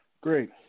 Great